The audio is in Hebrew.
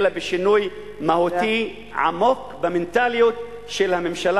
אלא בשינוי מהותי עמוק במנטליות של הממשלה,